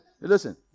listen